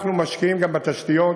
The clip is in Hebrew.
אנחנו משקיעים גם בתשתיות,